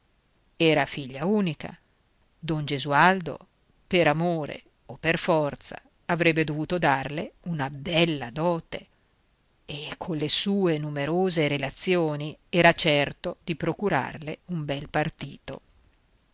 era figlia unica don gesualdo per amore o per forza avrebbe dovuto darle una bella dote e colle sue numerose relazioni era certo di procurarle un bel partito